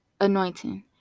anointing